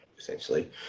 essentially